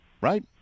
right